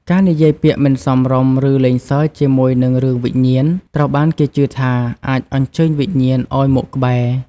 ការនិយាយពាក្យមិនសមរម្យ ឬលេងសើចជាមួយនឹងរឿងវិញ្ញាណ ត្រូវបានគេជឿថាអាចអញ្ជើញវិញ្ញាណឱ្យមកក្បែរ។